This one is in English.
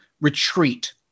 retreat